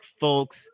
folks